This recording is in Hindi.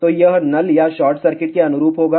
तो यह नल या शॉर्ट सर्किट के अनुरूप होगा